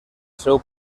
seu